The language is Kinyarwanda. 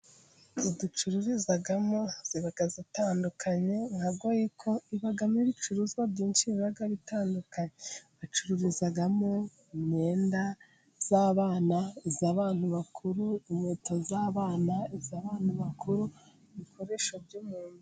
Inzu ducururizamo ziba zitandukanye nka Goyiko ibamo ibicuruzwa byinshi biba bitandukanye, bacururizamo imyenda y'abana, iy'abantu bakuru, inkweto z'abana, iz'abantu bakuru, ibikoresho byo mu nzu.